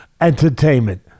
entertainment